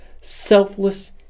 selfless